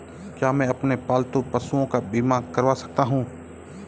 क्या मैं अपने पालतू पशुओं का बीमा करवा सकता हूं?